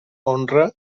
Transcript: honra